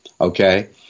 Okay